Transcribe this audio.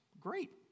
Great